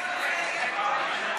נכנס לפה.